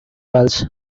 welsh